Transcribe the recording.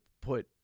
put